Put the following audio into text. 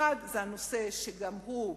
אחד, זה נושא שגם הוא,